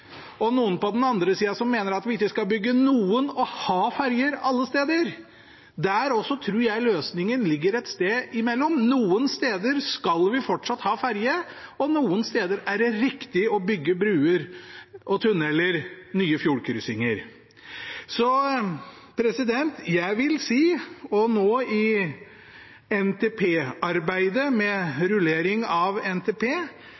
og noen på den andre sida som mener at vi ikke skal bygge noen, og ha ferjer alle steder. Der også tror jeg løsningen ligger et sted imellom. Noen steder skal vi fortsatt ha ferje, og noen steder er det riktig å bygge bruer og tunneler – nye fjordkryssinger. I arbeidet nå med rulleringen av NTP mener jeg